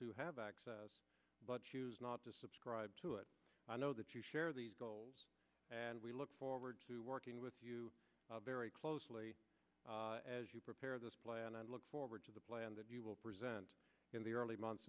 who have access but choose not to subscribe to it i know that you share these goals and we look forward to working with you very closely as you prepare this plan and look forward to the plan that you will present in the early months